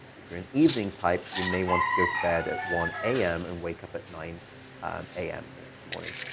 if you're an evening type, you may want to go to bed at one a m. and wake up at nine a m. the next morning.